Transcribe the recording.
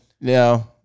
No